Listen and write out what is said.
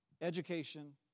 Education